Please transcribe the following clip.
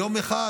יום אחד